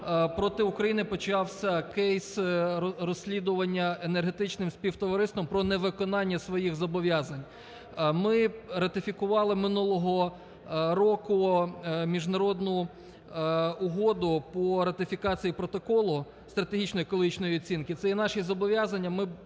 проти України почався кейс розслідування Енергетичним співтовариством про невиконання своїх зобов'язань. Ми ратифікували минулого року міжнародну угоду по ратифікації Протоколу стратегічної екологічної оцінки. Це і наші зобов'язання,